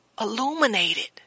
illuminated